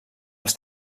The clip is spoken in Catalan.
els